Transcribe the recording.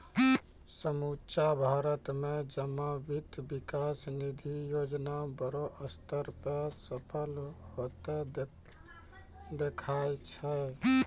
समुच्चा भारत मे जमा वित्त विकास निधि योजना बड़ो स्तर पे सफल होतें देखाय छै